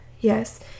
yes